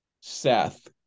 Seth